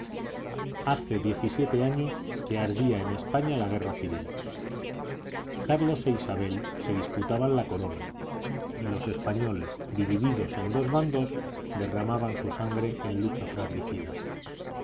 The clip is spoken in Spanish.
hace diecisiete años que ardía en españa la guerra civil carlos e isabel se disputaban la corona y los españoles divididos en dos bandos derramaban su sangre en lucha fratricida